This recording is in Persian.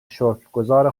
شکرگزار